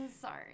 sorry